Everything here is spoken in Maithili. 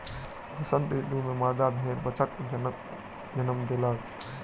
वसंत ऋतू में मादा भेड़ बच्चाक जन्म देलक